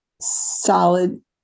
solid